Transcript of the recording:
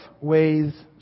ways